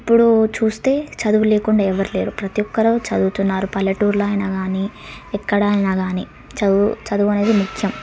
ఇప్పుడు చూస్తే చదువు లేకుండా ఎవరు లేరు ప్రతీ ఒక్కరు చదువుతున్నారు పల్లెటూరులో అయినా కానీ ఎక్కడైనా కానీ చదువు చదువు అనేది ముఖ్యం